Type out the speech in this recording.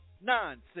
nonsense